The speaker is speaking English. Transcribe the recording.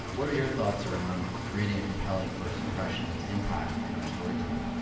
what are your thoughts around creating a compelling first impression? it's impact in our storytelling.